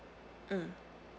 um